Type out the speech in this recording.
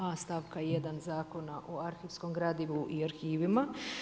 A stavka 1. Zakona o arhivskom gradivu i arhivima.